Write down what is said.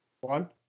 One